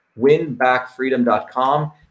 winbackfreedom.com